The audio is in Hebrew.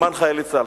למען חיילי צה"ל.